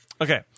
Okay